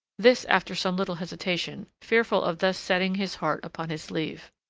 this after some little hesitation, fearful of thus setting his heart upon his sleeve.